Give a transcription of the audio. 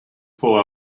pull